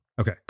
okay